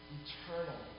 eternal